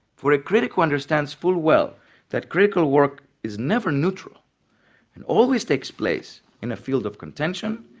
for a critic who understands full well that critical work is never neutral and always takes place in a field of contention,